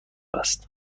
است